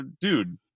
dude